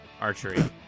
Archery